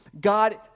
God